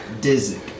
Dizzy